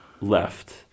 left